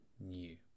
new